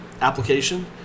application